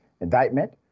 indictment